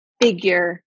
figure